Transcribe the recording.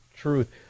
truth